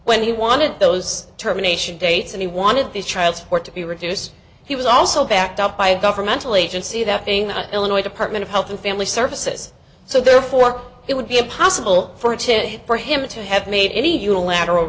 when he wanted those terminations dates and he wanted the child support to be reduced he was also backed up by a governmental agency that being the illinois department of health and family services so therefore it would be impossible for to for him to have made any unilateral